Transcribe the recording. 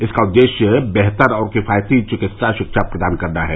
इसका उद्देश्य बेहतर और किफायती चिकित्सा शिक्षा प्रदान करना है